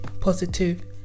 positive